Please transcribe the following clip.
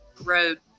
Road